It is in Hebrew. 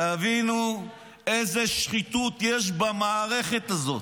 תבינו איזו שחיתות יש במערכת הזאת.